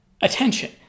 attention